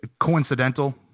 Coincidental